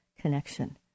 connection